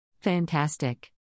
Fantastic